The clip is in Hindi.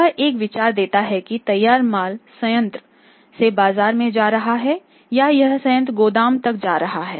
यह एक विचार देता है कि तैयार माल संयंत्र से बाजार में जा रहा है या यह संयंत्र से गोदाम तक जा रहा है